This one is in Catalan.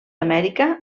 amèrica